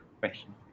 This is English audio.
question